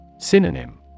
Synonym